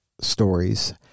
stories